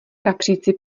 kapříci